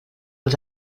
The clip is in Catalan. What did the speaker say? els